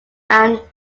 than